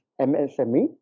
MSME